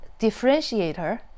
differentiator